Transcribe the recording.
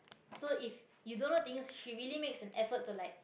so if you don't know things she really makes an effort to like